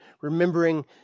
Remembering